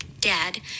dad